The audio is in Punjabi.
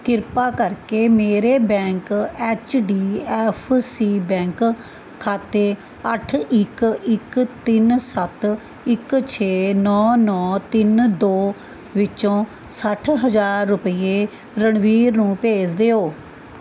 ਕ੍ਰਿਪਾ ਕਰਕੇ ਮੇਰੇ bank H D F C bank ਖਾਤੇ ਅੱਠ ਇੱਕ ਇੱਕ ਤਿੰਨ ਸੱਤ ਇੱਕ ਛੇ ਨੌ ਨੌ ਤਿੰਨ ਦੋ ਵਿੱਚੋਂ ਸੱਠ ਹਜ਼ਾਰ ਰੁਪਈਏ ਰਣਵੀਰ ਨੂੰ ਭੇਜ ਦਿਓ